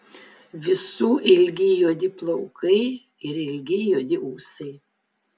visų ilgi juodi plaukai ir ilgi juodi ūsai